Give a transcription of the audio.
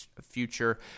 future